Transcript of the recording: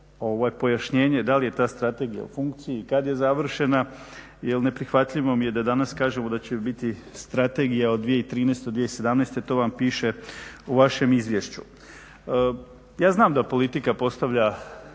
da li je ta strategija u funkciji i kad je završena? Jer neprihvatljivo mi je da danas kažemo da će biti Strategija od 2013.-2017. to vam piše u vašem izvješću. Ja znam da politika postavlja